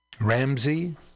Ramsey